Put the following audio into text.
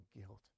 guilt